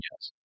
yes